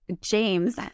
James –